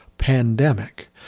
pandemic